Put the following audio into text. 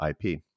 ip